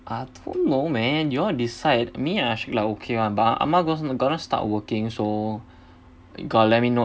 I don't know man y'all decide I mean I actually like okay [one] but I'm not gonn~ I'm gonna start working so gotta let me know